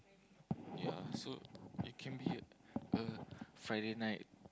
ya so it can be a Friday night